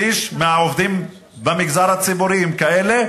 שליש מהעובדים במגזר הציבורי הם כאלה,